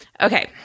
Okay